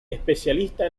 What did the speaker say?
especialista